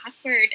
awkward